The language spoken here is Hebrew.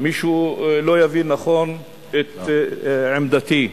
יבין מישהו לא נכון את עמדתי,